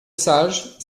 sage